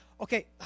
okay